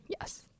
Yes